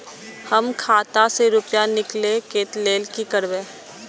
हम खाता से रुपया निकले के लेल की करबे?